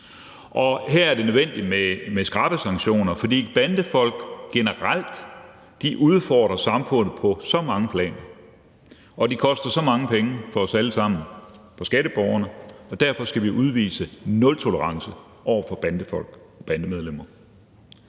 Her er det nødvendigt med skrappe sanktioner, for bandefolk udfordrer generelt samfundet på så mange planer, og de koster så mange penge for os alle sammen, for skatteborgerne, og derfor skal vi udvise nultolerance over for bandefolk, bandemedlemmer.